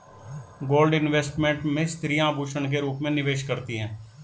gold investment में स्त्रियां आभूषण के रूप में निवेश करती हैं